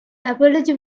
apology